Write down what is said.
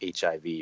HIV